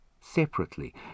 separately